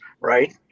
right